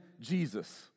Jesus